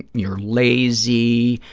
you're lazy,